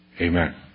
Amen